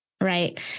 right